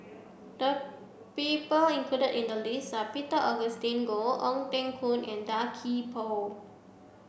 the people included in the list are Peter Augustine Goh Ong Teng Koon and Tan Gee Paw